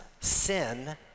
sin